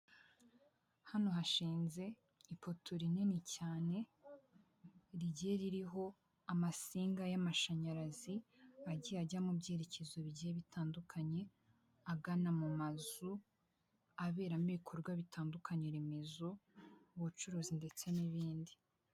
Hano hashinze ipoto rinini, rigiye ririho amasinga y'amashanyarazi, agiye ajya mu byerekezo bigiye bitandukanye, agana mu mazu aberamo ibikorwa bitandukanye remezo, ubucuruzi ndetse n'ibindi.